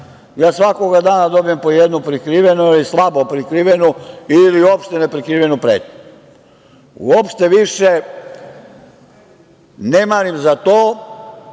Ja svakog dana dobijam po jednu prikrivenu ili slabo prikrivenu ili uopšte ne prikrivenu pretnju. Uopšte više ne marim za to,